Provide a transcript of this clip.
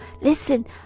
listen